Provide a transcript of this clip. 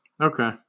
Okay